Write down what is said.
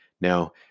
Now